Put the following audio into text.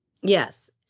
Yes